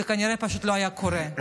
זה כנראה פשוט לא היה קורה.